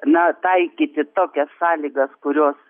na taikyti tokias sąlygas kurios